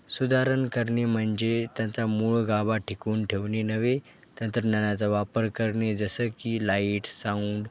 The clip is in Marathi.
सुधारणा करणे म्हणजे त्यांचा मूळ गाभा टिकवून ठेवणे नव्हे तंत्रज्ञानाचा वापर करणे जसं की लाईट साऊंड